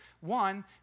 One